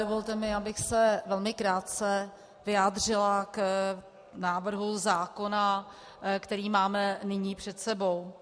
Dovolte mi, abych se velmi krátce vyjádřila k návrhu zákona, který máme nyní před sebou.